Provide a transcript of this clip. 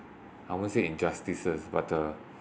I won't say injustices but uh